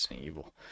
Evil